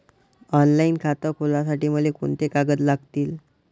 Online खातं खोलासाठी मले कोंते कागद लागतील?